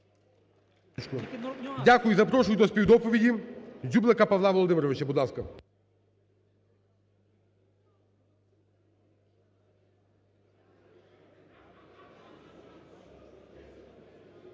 Дякую. Запрошую до співдоповіді Дзюблика Павла Володимировича, будь ласка.